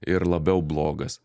ir labiau blogas